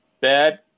Bad